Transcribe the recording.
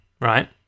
right